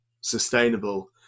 sustainable